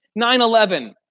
9-11